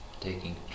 taking